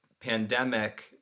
pandemic